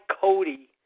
Cody